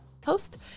post